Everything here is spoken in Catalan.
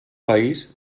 país